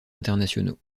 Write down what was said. internationaux